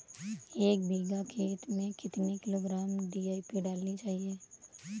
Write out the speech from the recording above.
एक बीघा खेत में कितनी किलोग्राम डी.ए.पी डालनी चाहिए?